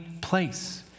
place